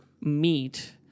meet